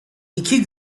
i̇ki